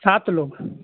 सात लोग